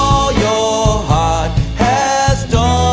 all your heart has done